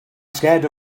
scared